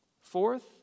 Fourth